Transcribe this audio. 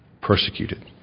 persecuted